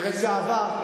מרצ לשעבר.